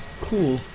Cool